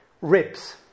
ribs